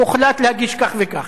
הוחלט להגיש כך וכך.